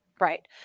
Right